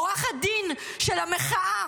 עורכת דין של המחאה,